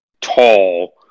tall